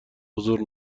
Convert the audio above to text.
حضور